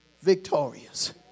victorious